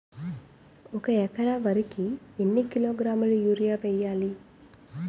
ఒక ఎకర వరి కు ఎన్ని కిలోగ్రాముల యూరియా వెయ్యాలి?